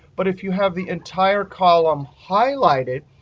but if you have the entire column highlighted,